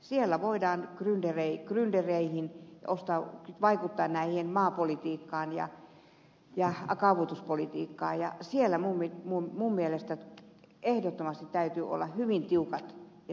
siellä voidaan gryndereihin vaikuttaa maapolitiikkaan ja kaavoituspolitiikkaan ja siellä minun mielestäni ehdottomasti täytyy olla hyvin tiukat ja selkeät pelisäännöt